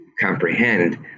comprehend